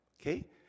okay